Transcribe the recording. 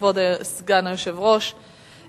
כבוד סגן היושב-ראש.